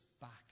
back